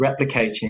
replicating